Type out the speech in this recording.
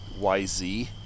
YZ